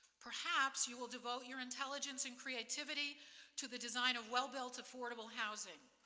perhaps you will devote your intelligence and creativity to the design of well-built affordable housing,